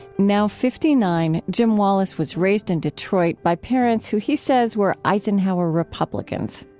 now, fifty nine, jim wallis was raised in detroit by parents who, he says, were eisenhower republicans